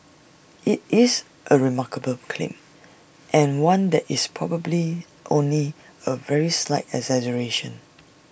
IT is A remarkable claim and one that is probably only A very slight exaggeration